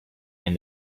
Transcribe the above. and